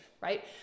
right